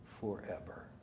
forever